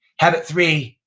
habit three,